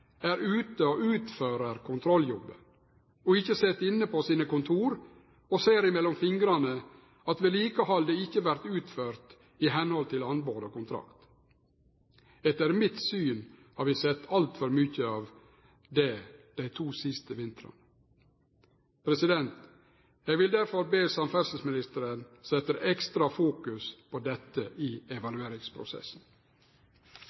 er ute og utfører kontrolljobben, og ikkje sit inne på sitt kontor og ser gjennom fingrane med at vedlikehaldet ikkje vert utført i samsvar med anbod og kontrakt. Etter mitt syn har vi sett altfor mykje av det dei to siste vintrane. Eg vil derfor be samferdsleministeren setje ekstra fokus på dette i